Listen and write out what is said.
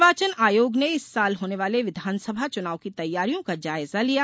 निर्वाचन आयोग ने इस साल होने वाले विधानसभा चुनाव की तैयारियों का जायजा लिया